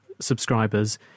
subscribers